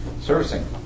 servicing